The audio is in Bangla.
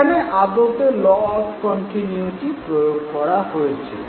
এখানে আদতে ল অফ কন্টিন্যুইটি প্রয়োগ করা হয়েছে